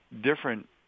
different